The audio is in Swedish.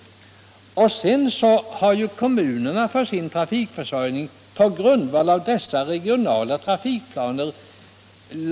Därefter har kommunerna försökt ordna sin trafikförsörjning på bästa sätt på grundval av dessa regionala trafikplaner.